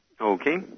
Okay